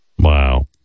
Wow